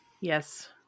yes